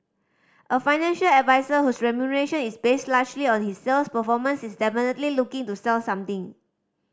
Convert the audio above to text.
a financial advisor whose remuneration is based largely on his sales performance is definitely looking to sell something